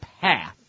path